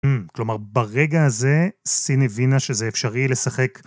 כלומר, ברגע הזה סין הבינה שזה אפשרי לשחק.